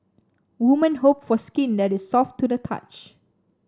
women hope for skin that is soft to the touch